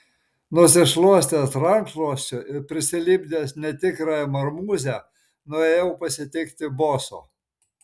nusišluostęs rankšluosčiu ir prisilipdęs netikrąją marmūzę nuėjau pasitikti boso